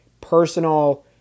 personal